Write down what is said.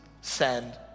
send